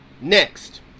next